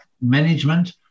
management